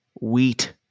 wheat